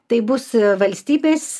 taip bus valstybės